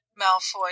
Malfoy